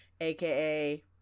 aka